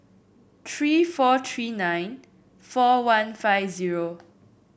tree four tree nine four one five zero